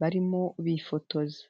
barimo bifotoza.